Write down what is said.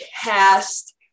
cast